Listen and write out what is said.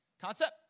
Concept